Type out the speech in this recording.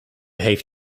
heeft